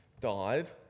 died